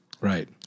Right